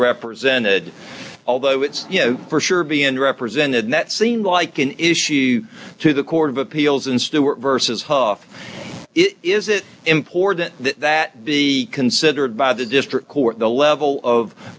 represented although it's you know for sure being represented that seem like an issue to the court of appeals in stuart versus hoff is it important that that be considered by the district court the level of